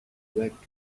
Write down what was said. back